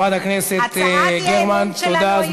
חברת הכנסת גרמן, תודה.